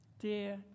Dear